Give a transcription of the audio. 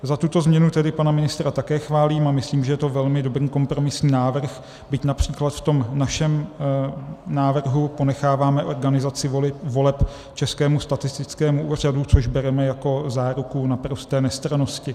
Za tuto změnu tedy pana ministra také chválím a myslím, že je to velmi dobrý kompromisní návrh, byť například v tom našem návrhu ponecháváme organizaci voleb Českému statistickému úřadu, což bereme jako záruku naprosté nestrannosti.